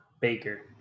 Baker